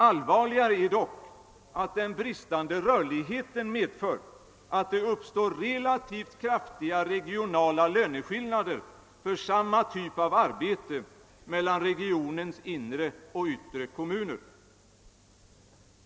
Allvarligare är dock att den bristande rörligheten medför att det uppstår relativt kraftiga regionala löne skillnader för samma typ av arbete mellan regionens inre och yttre kommuner.